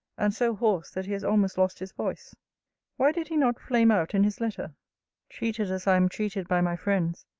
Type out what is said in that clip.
and so hoarse, that he has almost lost his voice why did he not flame out in his letter treated as i am treated by my friends,